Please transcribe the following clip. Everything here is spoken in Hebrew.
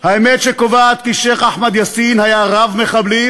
האמת שקובעת כי שיח' אחמד יאסין היה רב-מחבלים,